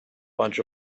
bunch